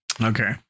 Okay